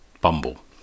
bumble